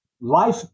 life